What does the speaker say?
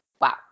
Wow